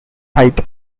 height